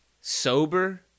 Sober